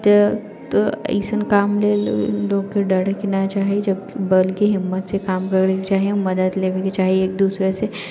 तऽ तऽ अइसन काम लेल लोकके डरै के नहि चाही जब बल्कि हिम्मतसँ काम करैके चाही मदति लेबेके चाही एक दूसरेसँ